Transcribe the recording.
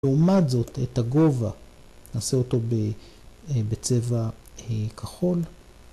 לעומת זאת את הגובה, נעשה אותו בצבע כחול.